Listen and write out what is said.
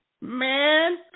Man